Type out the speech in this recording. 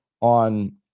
on